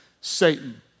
Satan